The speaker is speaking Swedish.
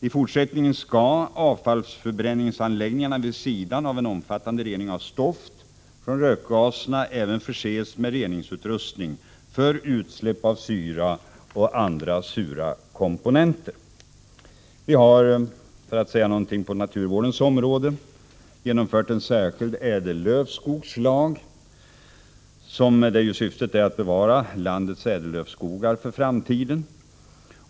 I fortsättningen skall avfallsförbränningsanläggningarna vid sidan av en omfattande rening av stoft från rökgaserna även förses med reningsutrustning för att förhindra utsläpp av syror och andra sura komponenter. För att säga någonting om naturvårdens område kan jag nämna att vi har åstadkommit en särskild ädellövskogslag, som syftar till att bevara landets ädellövskogar för framtiden.